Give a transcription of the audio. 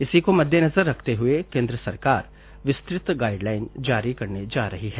इसी को मद्देनजर रखते हुए केन्द्र सरकार विस्तृत गाईडलाईन जारी करने जा रही है